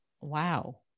Wow